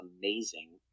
amazing